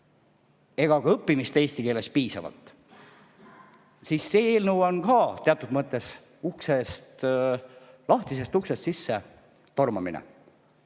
ega ka õppimist eesti keeles piisavalt. See eelnõu on teatud mõttes lahtisest uksest sisse tormamine.